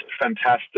fantastic